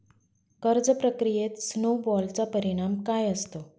कर्ज प्रक्रियेत स्नो बॉलचा परिणाम काय असतो?